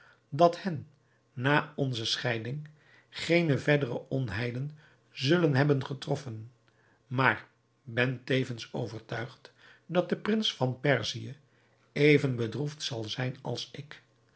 dat hen na onze scheiding geene verdere onheilen zullen hebben getroffen maar ben tevens overtuigd dat de prins van perzië even bedroefd zal zijn als ik